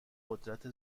قدرت